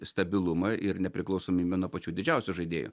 stabilumą ir nepriklausomybę nuo pačių didžiausių žaidėjų